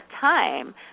time